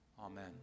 Amen